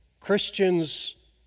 Christians